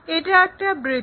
এটা একটা বৃত্ত